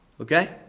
okay